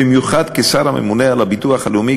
במיוחד כשר הממונה על הביטוח הלאומי,